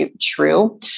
true